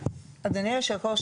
אדוני יושב הראש,